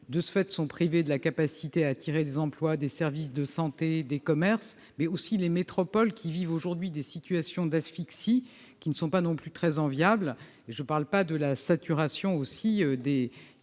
: ceux qui sont privés de la capacité d'attirer des emplois, des services de santé ou des commerces, mais aussi les métropoles, qui connaissent parfois des situations d'asphyxie qui ne sont pas non plus très enviables. Et je ne parle pas de la saturation des